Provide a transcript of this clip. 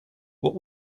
what